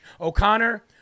O'Connor